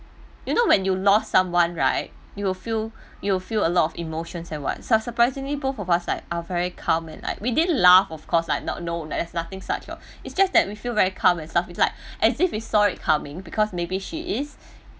you know when you lost someone right you will feel you will feel a lot of emotions and what s~ surprisingly both of us like are very calm and like we didn't laugh of course like not know and as nothing such is just that we feel very calm and stuff is like as if we saw it coming because maybe she is